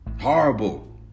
Horrible